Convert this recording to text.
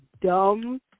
dumb